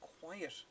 quiet